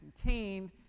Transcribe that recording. contained